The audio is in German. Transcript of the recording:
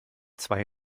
zwei